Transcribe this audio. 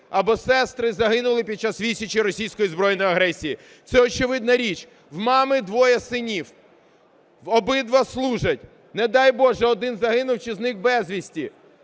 або сестри загинули під час відсічі російської збройної агресії. Це очевидна річ: в мами двоє синів, обидва служать, не дай боже, один загинув чи зник безвісти,